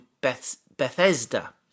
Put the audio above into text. Bethesda